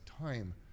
time